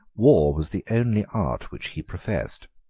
war was the only art which he professed.